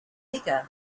bigger